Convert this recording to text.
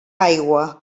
aigua